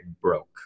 broke